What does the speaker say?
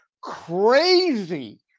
crazy